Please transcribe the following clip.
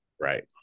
Right